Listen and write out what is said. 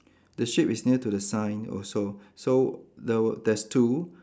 the sheep is near to the sign also so there were there's two